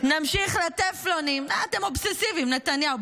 יאיר נתניהו.